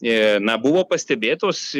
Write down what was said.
e na buvo pastebėtos